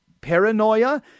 Paranoia